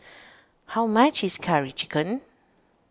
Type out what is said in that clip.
how much is Curry Chicken